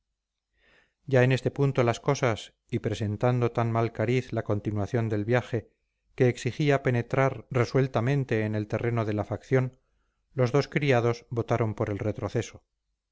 ya en este punto las cosas y presentando tan mal cariz la continuación del viaje que exigía penetrar resueltamente en el terreno de la facción los dos criados votaron por el retroceso